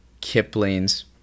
Kipling's